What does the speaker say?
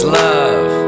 love